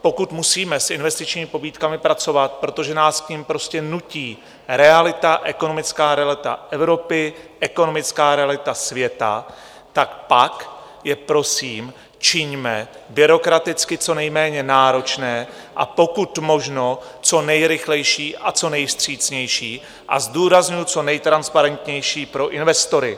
Pokud musíme s investičními pobídkami pracovat, protože nás k nim prostě nutí realita, ekonomická realita Evropy, ekonomická realita světa, tak pak je, prosím, čiňme byrokraticky co nejméně náročné, a pokud možno co nejrychlejší a co nejvstřícnější, a zdůrazňuju, co nejtransparentnější pro investory.